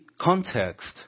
context